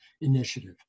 initiative